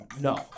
no